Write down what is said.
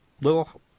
little